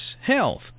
health